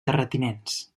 terratinents